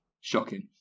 Shocking